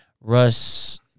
russ